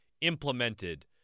implemented